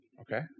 Okay